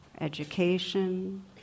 education